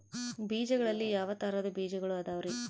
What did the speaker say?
ಬೇಜಗಳಲ್ಲಿ ಯಾವ ತರಹದ ಬೇಜಗಳು ಅದವರಿ?